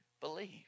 believe